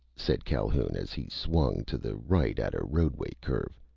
said calhoun as he swung to the right at a roadway curve,